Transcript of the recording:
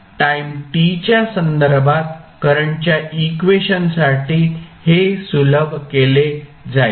तर time t च्या संदर्भात करंटच्या इक्वेशनसाठी हे सुलभ केले जाईल